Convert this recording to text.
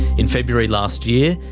in february last year,